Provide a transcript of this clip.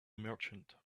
merchant